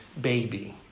baby